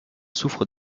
souffrent